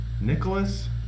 nicholas